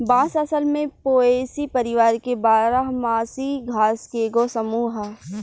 बांस असल में पोएसी परिवार के बारह मासी घास के एगो समूह ह